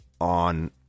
on